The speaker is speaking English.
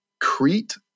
Crete